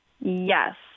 Yes